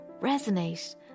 resonate